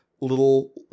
little